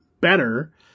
better